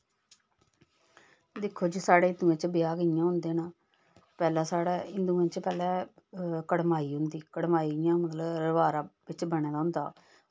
दिक्खो जी साढ़े हिंदुएं च ब्याह् कि'यां होंदे न पैह्लें साढे़ हिन्दुएं च पैह्लें कड़माई होंदी कड़माई इ'यां मतलब रबारा बिच्च बने दा होंदा